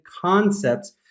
concepts